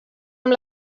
amb